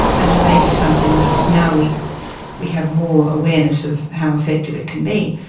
and it may be something that now we we have more awareness of how effective it can be.